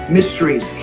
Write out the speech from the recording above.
Mysteries